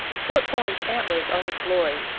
forkhorn's antlers are his glory.